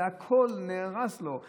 והכול נהרס לו.